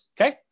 okay